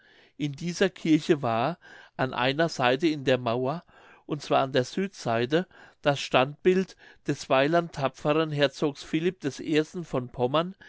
in dieser kirche war an einer seite in der mauer und zwar an der südseite das standbild des weiland tapferen herzogs philipp des ersten von pommern